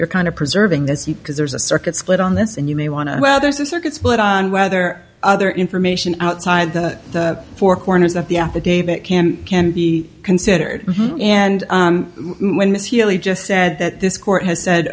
you're kind of preserving this because there's a circuit split on this and you may want to well there's a circuit split on whether other information outside the four corners of the affidavit can and can be considered and when is he just said that this court has said